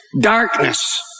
darkness